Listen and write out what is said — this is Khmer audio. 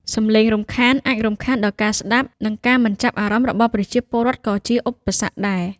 សំឡេងរំខាន អាចរំខានដល់ការស្ដាប់ និងការមិនចាប់អារម្មណ៍ របស់ប្រជាពលរដ្ឋក៏ជាឧបសគ្គដែរ។